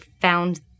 found